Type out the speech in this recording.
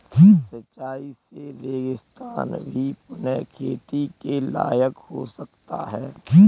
सिंचाई से रेगिस्तान भी पुनः खेती के लायक हो सकता है